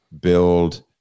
build